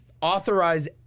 authorize